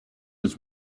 his